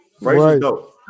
dope